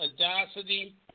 audacity